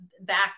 back